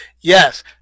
Yes